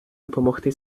допомогти